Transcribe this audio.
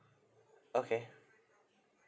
okay